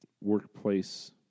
workplace